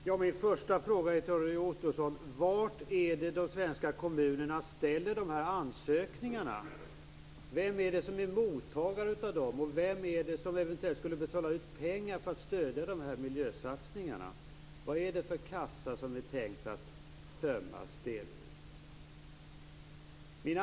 Fru talman! Först vill jag fråga Roy Ottosson: Vart ställer de svenska kommunerna nämnda ansökningar? Vem är alltså mottagare av ansökningarna och vem är det som eventuellt skall betala ut pengar för att stödja de här miljösatsningarna? Vad är det för en kassa som det är tänkt skall delvis tömmas?